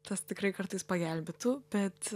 tas tikrai kartais pagelbėtų bet